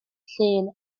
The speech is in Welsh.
llun